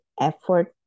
effort